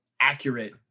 accurate